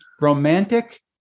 romantic